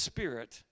Spirit